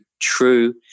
true